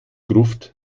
gruft